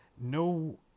no